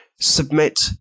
submit